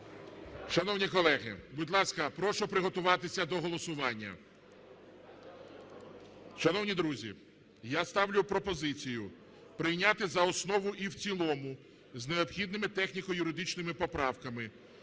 Шановні колеги, будь ласка, прошу приготуватися до голосування. Шановні друзі, я ставлю пропозицію прийняти за основу і в цілому з необхідними техніко-юридичними поправками